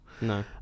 No